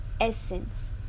essence